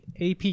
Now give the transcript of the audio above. AP